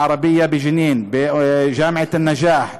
אל-ערבייה בג'נין, בג'אמעת א-נג'אח,